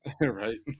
right